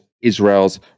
Israel's